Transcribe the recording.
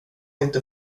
inte